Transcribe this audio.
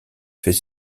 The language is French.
fait